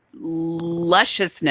lusciousness